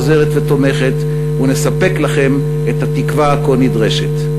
עוזרת ותומכת ונספק לכם את התקווה הכה נדרשת.